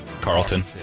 Carlton